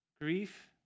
grief